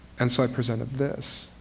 and so i presented this.